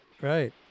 Right